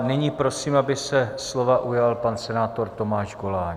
Nyní prosím, aby se slova ujal pan senátor Tomáš Goláň.